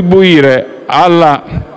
uscire dalla